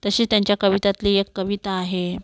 तशी त्यांच्या कवितातली एक कविता आहे